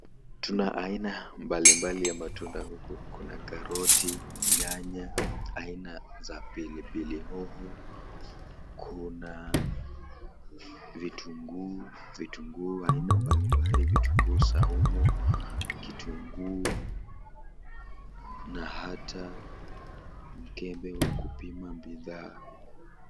Tuna aina mbali mbali ya matunda huku. Kuna karoti, nyanya, aina za pilipili hoho, kuna vitunguu aina mbali mbali, vitunguu saumu, kitunguu na hata mkebe wa kupima bidhaa.